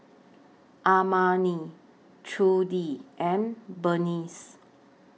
Armani Trudi and Berneice